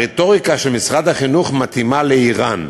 הרטוריקה של משרד החינוך מתאימה לאיראן,